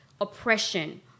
oppression